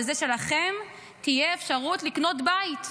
בזה שלכם תהיה אפשרות לקנות בית,